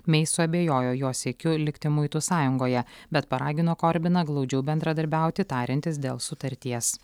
mei suabejojo jo siekiu likti muitų sąjungoje bet paragino korbiną glaudžiau bendradarbiauti tariantis dėl sutarties